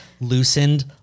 loosened